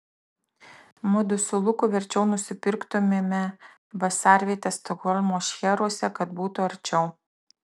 mudu su luku verčiau nusipirktumėme vasarvietę stokholmo šcheruose kad būtų arčiau